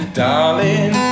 darling